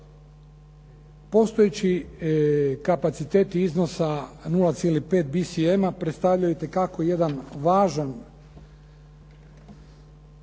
Postojeći kapaciteti iznosa 0,5 bisiema predstavljaju itekako jedan važan